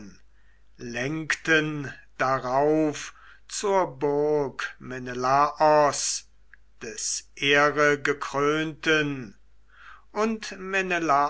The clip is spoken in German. lenkten darauf zur burg menelaos des ehregekrönten und